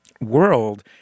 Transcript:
world